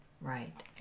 Right